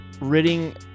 ridding